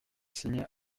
signe